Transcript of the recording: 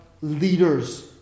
leaders